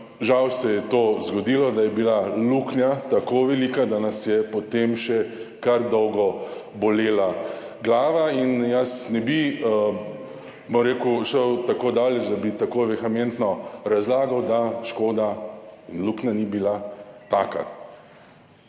žal se je to zgodilo, da je bila luknja tako velika, da nas je potem še kar dolgo bolela glava. In jaz ne bi šel tako daleč, da bi tako vehementno razlagal, da škoda in luknja ni bila taka.